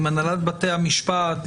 עם הנהלת בתי המשפט,